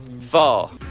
four